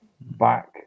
back